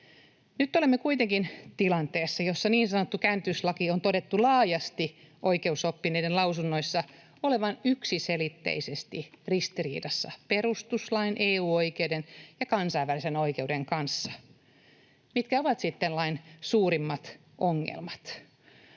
Nyt olemme kuitenkin tilanteessa, jossa niin sanottu käännytyslaki on oikeusoppineiden lausunnoissa todettu laajasti olevan yksiselitteisesti ristiriidassa perustuslain, EU-oikeuden ja kansainvälisen oikeuden kanssa. Mitkä ovat sitten lain suurimmat ongelmat?